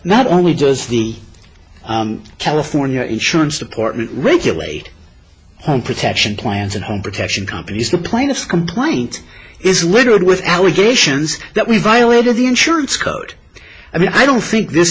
not only does the california insurance deportment regulate home protection plans and home protection companies the plaintiffs complaint is littered with allegations that we violated the insurance code i mean i don't think this